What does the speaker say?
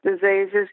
Diseases